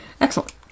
excellent